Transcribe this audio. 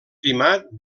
primat